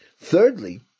Thirdly